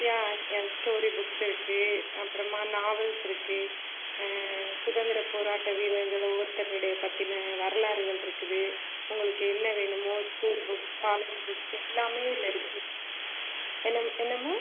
அப்படியா story books இருக்கு அப்புறமாக நாவல்ஸ் இருக்கு சுதந்திர போராட்ட வீரர்கள் ஒவ்வொருத்தர்களுடைய பற்றின வரலாறுகள் இருக்குது உங்களுக்கு என்ன வேணுமோ ஸ்கூல் புக்ஸ் காலேஜ் புக்ஸ் எல்லாமே இதில் இருக்கு என்ன என்னமா